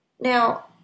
Now